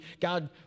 God